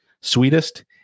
sweetest